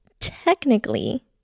technically